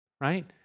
right